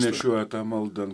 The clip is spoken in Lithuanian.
nešioja tą maldą an